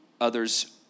Others